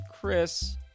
Chris